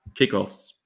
kickoffs